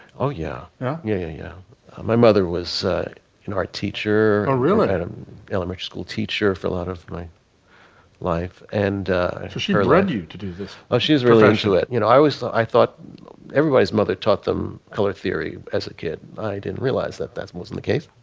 oh yeah yeah yeah yeah my mother was an art teacher a room and had a rich school teacher for a lot of my life. and she led you to do this. oh she was really into it. you know i was thought i thought everybody's mother taught them color theory as a kid i didn't realize that that wasn't the case.